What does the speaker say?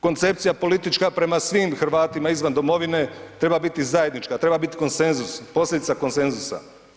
Koncepcija politička prema svim Hrvatima izvan domovine treba biti zajednička, treba biti konsenzus, posljedica konsenzusa.